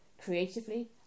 creatively